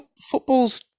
football's